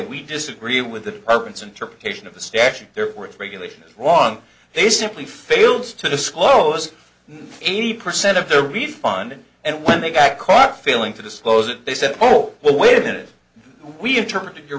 we disagree with the currents interpretation of the statute there were three delays wrong they simply failed to disclose eighty percent of the refund and when they got caught failing to disclose it they said oh well wait a minute we interpreted your